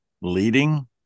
leading